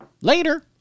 Later